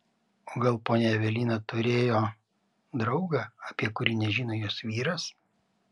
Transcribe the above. o gal ponia evelina turėjo draugą apie kurį nežino jos vyras